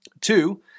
Two